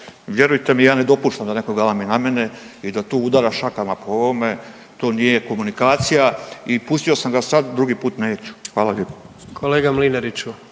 vjerujte mi ja ne dopuštam da neko galami na mene i da tu udara šakama po ovome, to nije komunikacija i pustio sam ga sad, drugi put neću. Hvala lijepo.